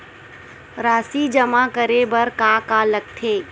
राशि जमा करे बर का का लगथे?